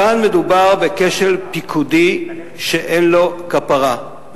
כאן מדובר בכשל פיקודי שאין לו כפרה,